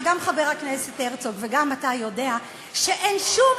הרי גם חבר הכנסת הרצוג וגם אתה יודעים שאין שום